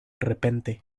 repente